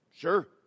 sure